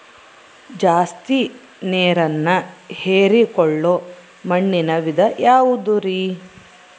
ಜಾಸ್ತಿ ನೇರನ್ನ ಹೇರಿಕೊಳ್ಳೊ ಮಣ್ಣಿನ ವಿಧ ಯಾವುದುರಿ?